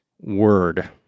word